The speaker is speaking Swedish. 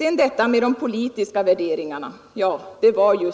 När det sedan gäller de politiska värderingarna så är det